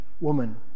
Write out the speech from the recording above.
woman